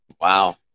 Wow